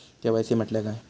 KYC म्हटल्या काय?